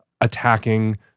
attacking